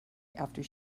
after